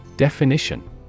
Definition